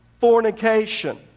Fornication